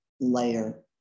layer